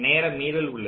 நேர மீறல் உள்ளது